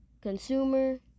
consumer